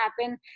happen